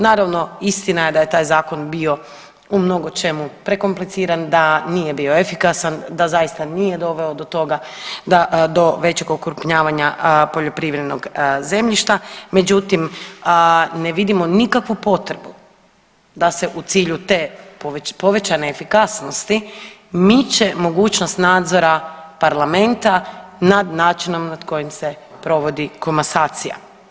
Naravno istina je da je taj zakon bio u mnogočemu prekompliciran, da nije bio efikasan, da zaista nije doveo do toga da, do većeg okrupnjavanja poljoprivrednog zemljišta, međutim ne vidimo nikakvu potrebu da se u cilju te povećane efikasnosti miče mogućnost nadzora parlamenta nad načinom nad kojim se provodi komasacija.